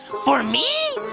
for me?